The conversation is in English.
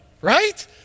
Right